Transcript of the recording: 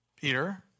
Peter